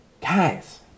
guys